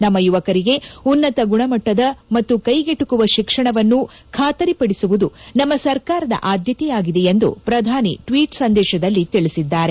ನಮ್ಮ ಯುವಕರಿಗೆ ಉನ್ನತ ಗುಣಮಟ್ಟದ ಮತ್ತು ಕೈಗೆಟುಕುವ ಶಿಕ್ಷಣವನ್ನು ಖಾತರಿಪಡಿಸುವುದು ನಮ್ಮ ಸರ್ಕಾರದ ಆದ್ಯತೆಯಾಗಿದೆ ಎಂದು ಪ್ರಧಾನಿ ಟ್ವೀಟ್ ಸಂದೇಶದಲ್ಲಿ ತಿಳಿಸಿದ್ದಾರೆ